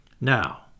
Now